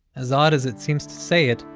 as odd as it seems to say it,